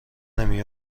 نمی